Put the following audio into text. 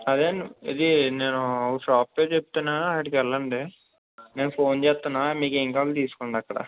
అదే అండి ఇది నేను షాప్ పేరు చెప్తాను అక్కడికి వెళ్ళండి నేను ఫోన్ చేస్తాను మీకు ఏంకావాలో తీసుకోండి అక్కడ